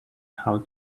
how